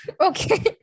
Okay